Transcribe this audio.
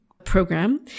Program